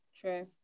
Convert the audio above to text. True